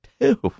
Two